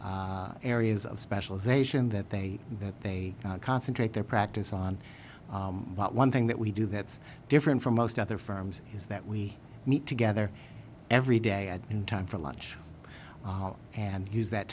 a areas of specialization that they that they concentrate their practice on but one thing that we do that's different from most other firms is that we meet together every day at noon time for lunch and use that